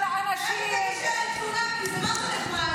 לכי לוועדת האתיקה, כמו שאת אוהבת.